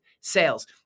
sales